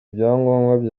ibyangombwa